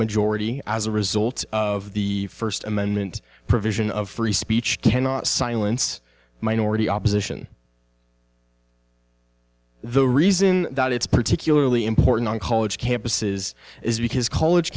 majority as a result of the first amendment provision of free speech cannot silence minority opposition the reason that it's particularly important on college campuses is because college